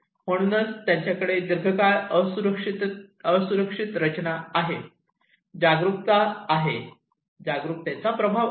म्हणूनच त्यांच्याकडे दीर्घकाळ असुरक्षित रचना आहे जागरूकता अभाव आहे